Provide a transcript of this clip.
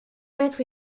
mettre